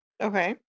Okay